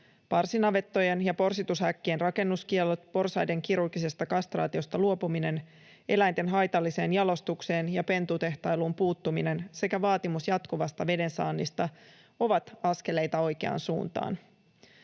Parsinavettojen ja porsitushäkkien rakennuskiellot, porsaiden kirurgisesta kastraatiosta luopuminen, eläinten haitalliseen jalostukseen ja pentutehtailuun puuttuminen sekä vaatimus jatkuvasta vedensaannista ovat askeleita oikeaan suuntaan.